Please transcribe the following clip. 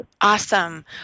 Awesome